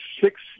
six